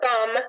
thumb